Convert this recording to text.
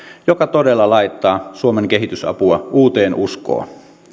joka todella laittaa suomen kehitysapua uuteen uskoon